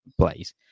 place